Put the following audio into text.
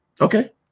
okay